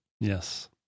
yes